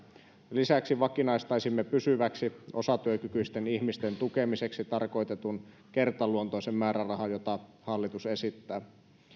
lisäksi vakinaistaisimme pysyväksi osatyökykyisten ihmisten tukemiseksi tarkoitetun kertaluontoisen määrärahan jota hallitus esittää